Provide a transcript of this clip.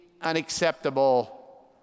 unacceptable